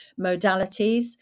modalities